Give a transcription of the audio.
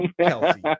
Kelsey